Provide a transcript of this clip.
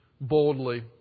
boldly